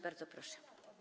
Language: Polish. Bardzo proszę.